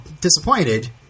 disappointed